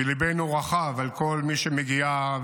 שליבנו רחב עם כל מי שמגיע,